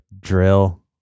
drill